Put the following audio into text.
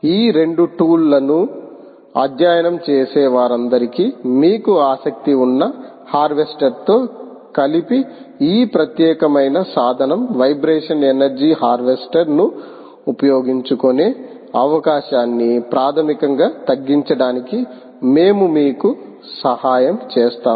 ఈ 2 టూల్ లను అధ్యయనం చేసే వారందరికీ మీకు ఆసక్తి ఉన్న హార్వెస్టర్ తో కలిపి ఈ ప్రత్యేకమైన సాధనం వైబ్రేషన్ ఎనర్జీ హార్వెస్టర్ ను ఉపయోగించుకునే అవకాశాన్ని ప్రాథమికంగా తగ్గించడానికి మేము మీకు సహాయం చేస్తాము